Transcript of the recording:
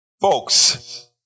Folks